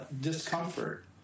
discomfort